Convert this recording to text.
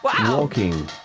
Walking